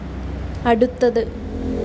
അടുത്തത്